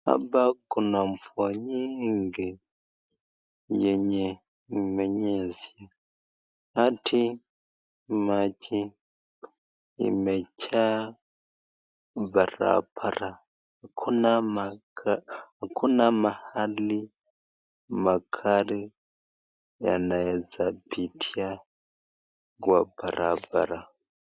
Hapa kuna mvua nyingi yenye imenyesha hadi maji imejaa barabara. Hakuna mahali magari yanaeza pitia kwa barabara.